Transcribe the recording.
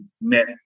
met